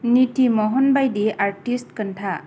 निति महन बायदि आर्टिस्ट खोन्था